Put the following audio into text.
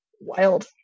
wild